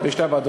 בשתי הוועדות.